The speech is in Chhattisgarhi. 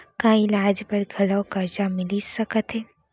का इलाज बर घलव करजा मिलिस सकत हे?